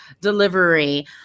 delivery